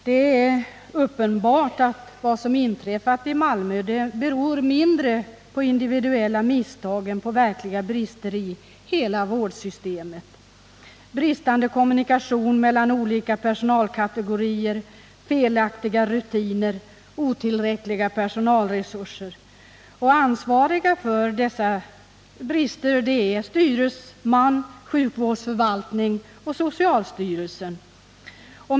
Det är uppenbart att det som inträffat i Malmö beror mindre på individuella misstag än på verkliga brister i hela vårdsystemet: bristande kommunikation mellan olika personalkategorier, felaktiga rutiner, otillräckliga personalresurser. Och ansvariga för dessa brister är styresman, sjukvårdsförvaltning och socialstyrelsen.